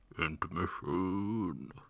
Intermission